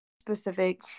specific